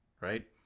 right